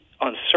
uncertain